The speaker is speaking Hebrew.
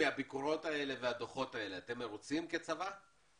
מהביקורות האלה והדו"חות האלה, אתם מרוצים כצבא?